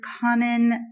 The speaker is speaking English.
common